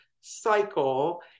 cycle